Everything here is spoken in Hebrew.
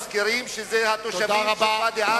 מזכירים שזה התושבים של ואדי-עארה,